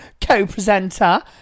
co-presenter